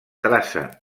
traça